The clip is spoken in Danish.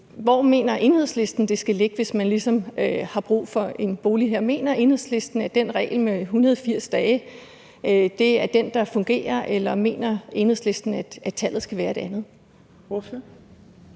Hvor mener Enhedslisten at snittet skal ligge, hvis man har brug for en bolig? Mener Enhedslisten, at reglen om de 180 dage fungerer, eller mener Enhedslisten, at tallet skal være et andet? Kl.